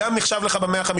הוא גם נחשב לך ב-150,000,000,